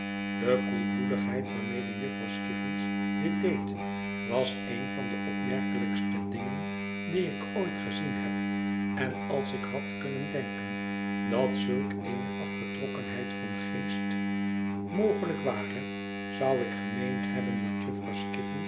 de koelbloedigheid waarmede jufvrouw skiffins dit deed was een van de opmerkelijkste dingen die ik ooit gezien heb en als ik had kunnen denken dat zulk eene afgetrokkenheid van geest mogelijk ware zou ik gemeend hebben dat jufvrouw